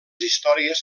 històries